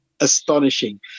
astonishing